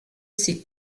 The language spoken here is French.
ses